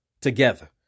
together